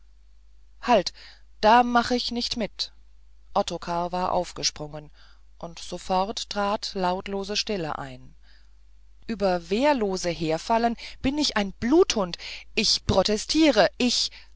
halt da mach ich nicht mit ottokar war aufgesprungen und sofort trat lautlose stille ein über wehrlose herfallen bin ich ein bluthund ich protestiere ich